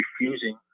refusing